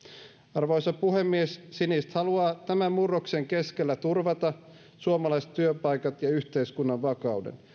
arvoisa puhemies siniset haluaa tämän murroksen keskellä turvata suomalaiset työpaikat ja yhteiskunnan vakauden